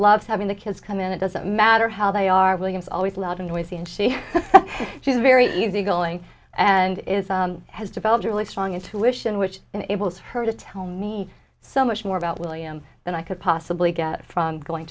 loves having the kids come in it doesn't matter how they are william's always loud and noisy and she she's very easy going and is has developed a really strong intuition which enables her to tell me so much more about william than i could possibly get from going